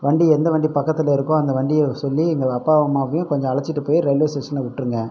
வண்டி எந்த வண்டி பக்கத்தில் இருக்கோ அந்த வண்டியை சொல்லி எங்கள் அப்பா அம்மாவையும் கொஞ்சம் அழைத்திட்டு போய் ரயில்வே ஸ்டேஷனில் விட்டுருங்க